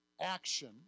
action